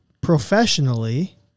professionally